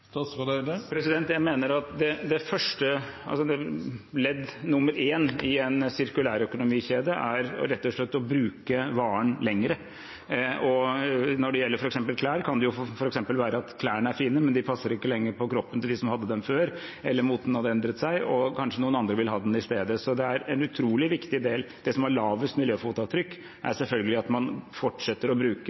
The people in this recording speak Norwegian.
Jeg mener ledd nummer én i en sirkulærøkonomikjede rett og slett er å bruke varen lenger. Når det gjelder f.eks. klær, kan det være at klærne er fine, men at de ikke lenger passer på kroppen til den som hadde dem før, eller at moten har endret seg, og kanskje noen andre vil ha dem i stedet. Det er en utrolig viktig del. Det som har lavest miljøfotavtrykk, er selvfølgelig at man fortsetter å bruke